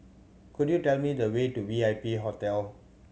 could you tell me the way to V I P Hotel